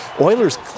Oilers